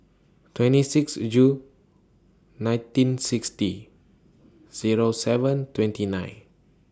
twenty six Jul nineteen sixty Zero seven twenty nine